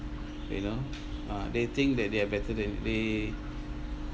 you know uh they think that they are better than they